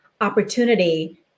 opportunity